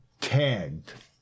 tagged